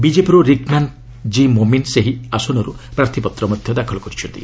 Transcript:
ବିକେପିରୁ ରିକ୍ମ୍ୟାନ୍ ଜି ମୋମିନ୍ ସେହି ଆସନରୁ ପ୍ରାର୍ଥୀପତ୍ର ଦାଖଲ କରିଛନ୍ତି